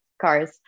cars